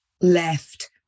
left